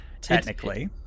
Technically